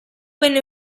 venne